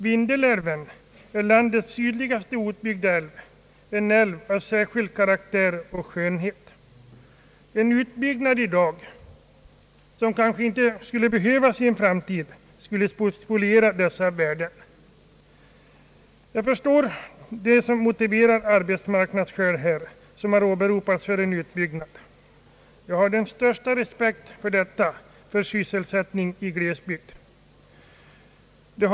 Vindelälven är landets sydligaste outbyggda älv, en älv av särskild karaktär och skönhet. En utbyggnad i dag, som kanske inte skulle behövas i en framtid, skulle spoliera dessa värden. Jag förstår de arbetsmarknadsskäl som har åberopats för en utbyggnad. Jag har den största respekt för strävandena att skapa sysselsättning i glesbygder.